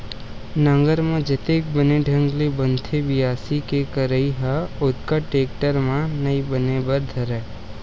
नांगर म जतेक बने ढंग ले बनथे बियासी के करई ह ओतका टेक्टर म नइ बने बर धरय